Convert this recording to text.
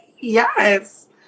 Yes